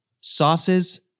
sauces